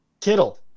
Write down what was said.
Kittle